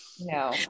no